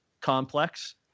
complex